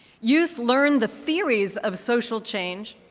youth learn the theories of social change.